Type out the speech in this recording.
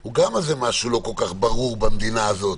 הוא גם משהו לא כל כך ברור במדינה הזאת.